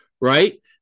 right